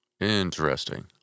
Interesting